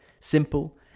simple